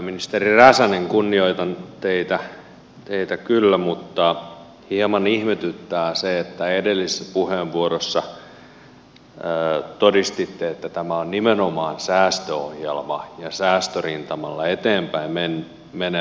ministeri räsänen kunnioitan teitä kyllä mutta hieman ihmetyttää se että edellisessä puheenvuorossanne todistitte että tämä on nimenomaan säästöohjelma ja säästörintamalla eteenpäin menevä